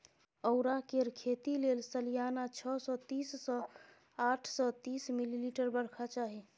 औरा केर खेती लेल सलियाना छअ सय तीस सँ आठ सय तीस मिलीमीटर बरखा चाही